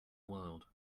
world